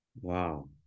wow